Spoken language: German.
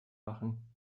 machen